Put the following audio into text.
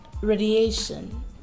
radiation